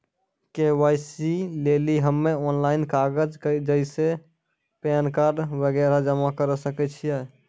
KYC लेली हम्मय online कागज जैसे पैन कार्ड वगैरह जमा करें सके छियै?